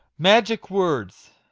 magic words.